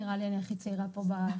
נראה לי שאני הכי צעירה פה בשולחן,